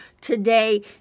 Today